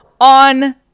on